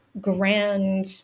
grand